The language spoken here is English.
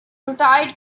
retired